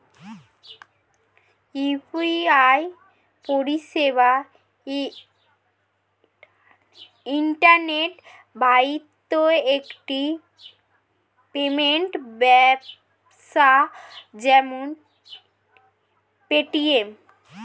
UPI পরিষেবা internet বাহিত একটি পেমেন্ট ব্যবস্থা যেমন পেটিএম